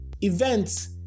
events